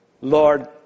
Lord